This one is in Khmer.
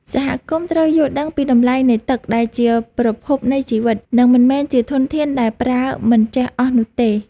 សហគមន៍ត្រូវយល់ដឹងពីតម្លៃនៃទឹកដែលជាប្រភពនៃជីវិត និងមិនមែនជាធនធានដែលប្រើមិនចេះអស់នោះទេ។